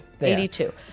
82